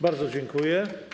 Bardzo dziękuję.